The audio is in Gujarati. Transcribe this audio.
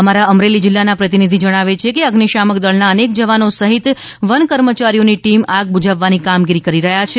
અમારા અમરેલી જીલ્લાના પ્રતિનિધિ જણાવે છે કે અઝિશામક દળના અનેક જવાનો સહિત વન કર્મચારીઓની ટીમ આગ બુઝાવવાની કામગીરી કરી રહ્યા છે